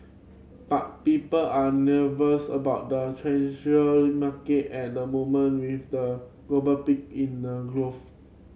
but people are nervous about the in market at the moment with a global pick in the growth